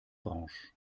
branche